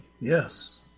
Yes